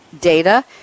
data